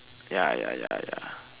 ya ya ya ya